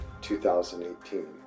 2018